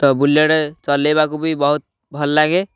ତ ବୁଲେଟ୍ ଚଲେଇବାକୁ ବି ବହୁତ ଭଲ ଲାଗେ